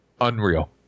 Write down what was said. unreal